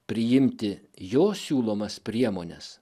priimti jo siūlomas priemones